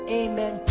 amen